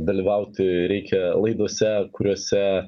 dalyvauti reikia laidose kuriose